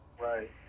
Right